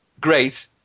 great